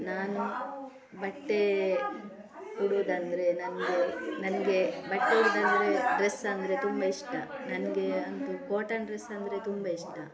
ನಾನು ಬಟ್ಟೆ ಉಡೋದಂದ್ರೆ ನನಗೆ ನನಗೆ ಬಟ್ಟೆ ಉಡೋದಂದ್ರೆ ಡ್ರೆಸ್ ಅಂದರೆ ತುಂಬ ಇಷ್ಟ ನನಗೆ ಅಂತು ಕಾಟನ್ ಡ್ರೆಸ್ ಅಂದರೆ ತುಂಬ ಇಷ್ಟ